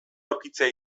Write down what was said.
aurkitzea